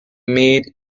made